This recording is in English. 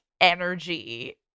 energy